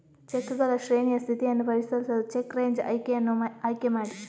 ಚೆಕ್ಗಳ ಶ್ರೇಣಿಯ ಸ್ಥಿತಿಯನ್ನು ಪರಿಶೀಲಿಸಲು ಚೆಕ್ ರೇಂಜ್ ಆಯ್ಕೆಯನ್ನು ಆಯ್ಕೆ ಮಾಡಿ